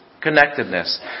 Connectedness